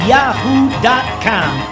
Yahoo.com